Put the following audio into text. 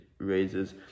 raises